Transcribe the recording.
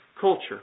culture